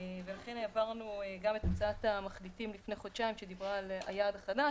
ולכן העברנו גם את הצעת המחליטים לפני חודשיים שדיברה על היעד החדש,